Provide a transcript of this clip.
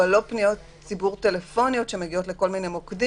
אבל לא פניות ציבור טלפוניות שמגיעות לכל מיני מוקדים.